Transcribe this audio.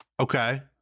Okay